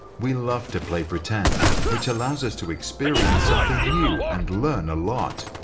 we love to play pretend, which allows us to experience something new and learn a lot.